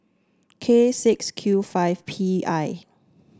K six Q five P I